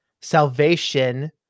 Salvation